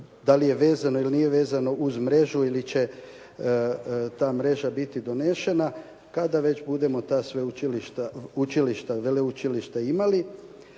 dali je vezano ili nije vezano uz mrežu ili će ta mreža biti donesena kada već budemo ta učilišta, veleučilišta imali.